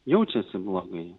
jaučiasi blogai